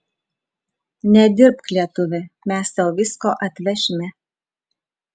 nedirbk lietuvi mes tau visko atvešime